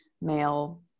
male